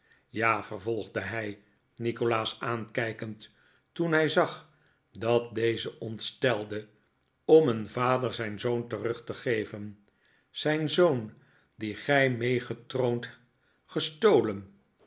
ja vervolgde hij nikolaas aankijkend toen hij zag dat deze ontstelde om een vader zijn zoon terug te geven zijn zoon dien gij meegetroond gestolen